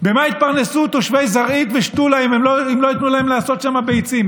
ממה יתפרנסו תושבי זרעית ושתולה אם לא ייתנו להם לגדל שם ביצים?